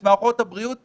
את מערכות הבריאות.